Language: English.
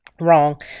wrong